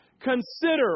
consider